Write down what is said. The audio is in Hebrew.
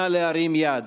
נא להרים יד,